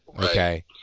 Okay